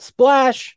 Splash